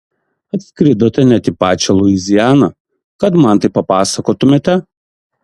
atskridote net į pačią luizianą kad man tai papasakotumėte